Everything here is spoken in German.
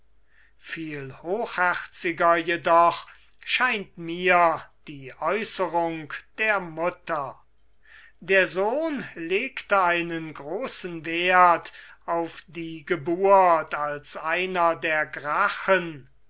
viel hochherziger jedoch scheint mir die aeußerung der mutter der sohn legte einen großen werth auf die geburt als einer der gracchen